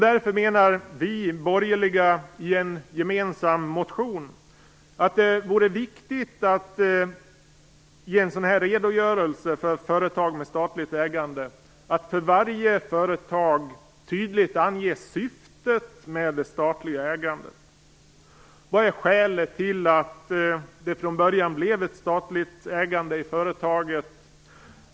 Därför menar vi borgerliga i en gemensam motion att det vore viktigt att i en sådan här redogörelse för företag med statligt ägande för varje företag tydligt ange syftet med det statliga ägandet. Vad är skälet till att det från början blev ett statligt ägande i företaget?